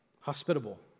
Hospitable